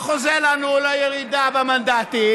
וחוזה לנו אולי ירידה במנדטים.